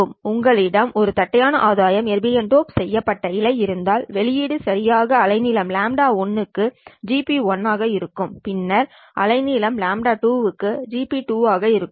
உங்களிடம் உங்களிடம் ஒரு தட்டையான ஆதாயம் எர்பியம் டோப் செய்யப்பட்ட இழை இருந்தால் வெளியீடு சரியாக அலைநீளம் λ1 க்கு GP1 ஆக இருக்கும் பின்னர் அலைநீளம் λ2 க்கு GP2 இருக்கும்